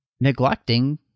neglecting